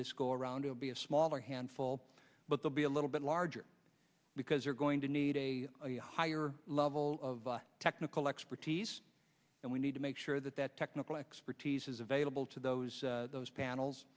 this go around it will be a smaller handful but they'll be a little bit larger because they're going to need a higher level of technical expertise and we need to make sure that that technical expertise is available to those those panels